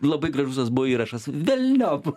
labai gražus tas buvo įrašas velniop